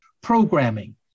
programming